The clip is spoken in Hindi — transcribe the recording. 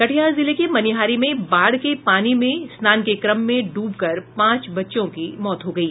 कटिहार जिले के मनिहारी में बाढ़ के पानी में स्नान के क्रम में ड्रबकर पांच बच्चों की मौत हो गयी